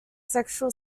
sexual